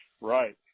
Right